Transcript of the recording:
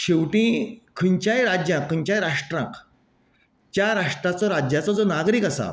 शेवटी खंयच्याय राज्याक खंयच्याय राष्ट्राक ज्या राष्ट्राचो राज्याचो जो नागरीक आसा